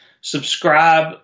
Subscribe